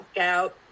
out